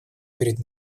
перед